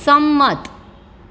સંમત